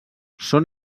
són